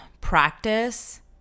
practice